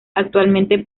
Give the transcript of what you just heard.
actualmente